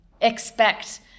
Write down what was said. expect